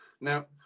Now